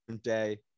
day